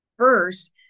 first